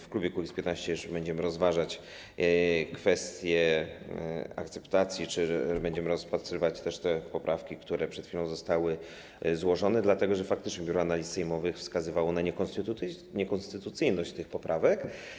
W klubie Kukiz’15 będziemy rozważać kwestie akceptacji, będziemy rozpatrywać też te poprawki, które przed chwilą zostały złożone, dlatego że faktycznie Biuro Analiz Sejmowych wskazywało na niekonstytucyjność tych poprawek.